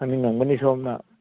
ꯈꯪꯅꯤꯡꯉꯝꯒꯅꯤ ꯁꯣꯝꯅ